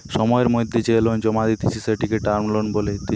সময়ের মধ্যে যে লোন জমা দিতেছে, সেটিকে টার্ম লোন বলতিছে